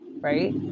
right